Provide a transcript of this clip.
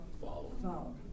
Follow